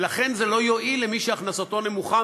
ולכן זה לא יועיל למי שהכנסתו נמוכה,